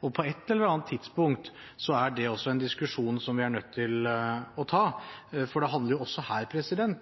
På et eller annet tidspunkt er det også en diskusjon som vi er nødt til å ta, for det handler